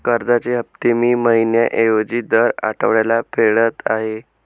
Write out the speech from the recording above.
कर्जाचे हफ्ते मी महिन्या ऐवजी दर आठवड्याला फेडत आहे